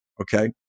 okay